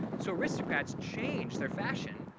so aristocrats changed their fashion,